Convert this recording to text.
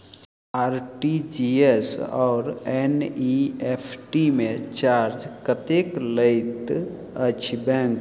RTGS आओर NEFT मे charge कतेक लैत अछि बैंक?